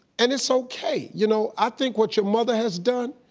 and it's okay, you know i think what your mother has done,